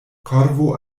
korvo